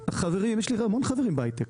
יש לי המון חברים בהייטק,